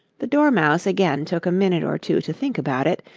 the dormouse again took a minute or two to think about it,